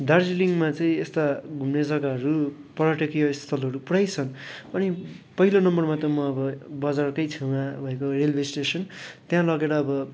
दार्जिलिङमा चाहिँ यस्ता घुम्ने जग्गाहरू पर्यटकीय स्थलहरू पुरै छन् अनि पहिलो नम्बरमा त म अब बजारकै छेउमा भएको रेलवे स्टेसन त्यहाँ लगेर अब